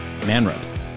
ManRubs